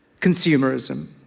consumerism